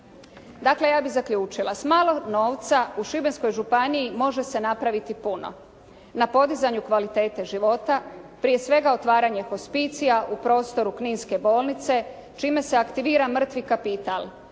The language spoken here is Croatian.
Dakle, ja bih zaključila. S malo novca u Šibenskoj županiji može se napraviti puno na podizanju kvalitete života, prije svega otvaranje hospicija u prostoru Kninske bolnice čime se aktivira mrtvi kapital.